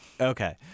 Okay